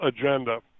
agenda